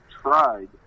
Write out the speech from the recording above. tried